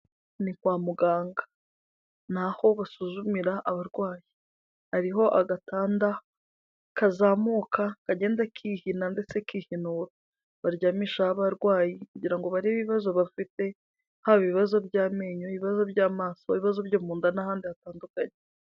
Ni kwa muganga ni aho basuzumira abarwayi, hariho agatanda kazamuka kagenda kihina ndetse kihinura, baryamisha abarwayi kugira ngo barebe ibibazo bafite haba ibibazo by'amenyo, ibibazo by'amaso, ibibazo byo mu nda n'ahandi hatandukanye.